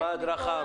מה ההדרכה,